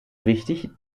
wichtig